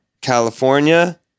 California